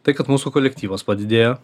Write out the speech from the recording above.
tai kad mūsų kolektyvas padidėjo